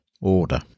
order